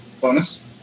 bonus